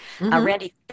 Randy